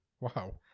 Wow